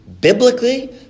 biblically